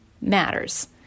matters